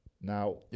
Now